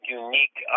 unique